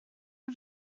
are